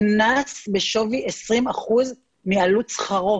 קנס בשווי 20% מעלות שכרו